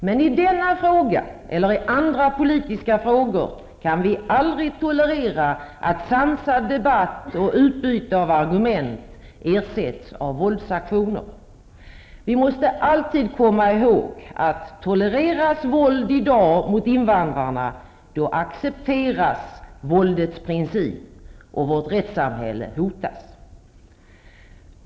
Men i denna fråga -- eller i andra politiska frågor -- kan vi aldrig tolerera att sansad debatt och utbyte av argument ersätts av våldsaktioner. Vi måste alltid komma ihåg att tolereras våld i dag mot invandrare, då accepteras våldets princip och vårt rättssamhälle hotas.